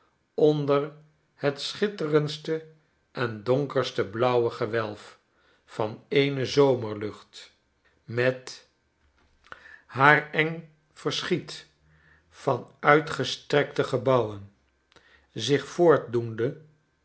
onder het schitterendste en donkerst blauwe gewelf van eene zomerlucht met haar eng genua en hare omstreken verschiet van uitgestrekte gebouwen zich